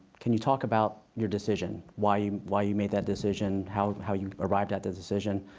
can you talk about your decision, why you why you made that decision, how how you arrived at that decision?